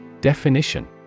Definition